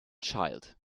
child